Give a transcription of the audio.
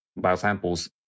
biosamples